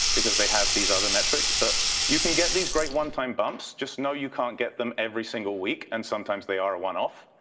because they have these other metrics. but you can get these great one-time bumps. just know you can't get them every single week, and sometimes they are a one off.